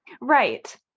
right